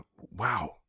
wow